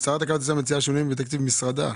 השרה מציעה שינויים בתקציב משרדה.